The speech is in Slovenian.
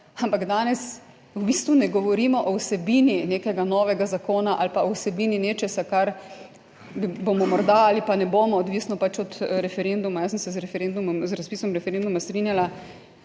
Ampak danes v bistvu ne govorimo o vsebini nekega novega zakona ali pa o vsebini nečesa, kar bomo morda ali pa ne bomo, odvisno pač od referenduma. Jaz sem se z razpisom referenduma strinjala.